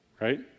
right